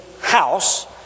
house